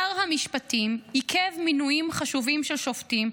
שר המשפטים עיכב מינויים חשובים של שופטים,